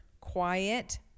Quiet